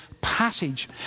passage